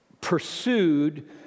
pursued